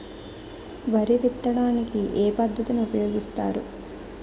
వరి విత్తడానికి ఏ పద్ధతిని ఉపయోగిస్తారు?